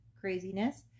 craziness